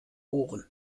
ohren